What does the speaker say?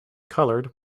colored